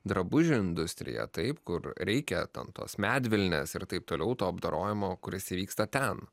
drabužių industriją taip kur reikia ten tos medvilnės ir taip toliau to apdorojimo kuris įvyksta ten